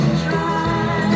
try